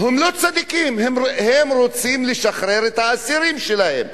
הם לא צדיקים, הם רוצים לשחרר את האסירים שלהם.